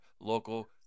local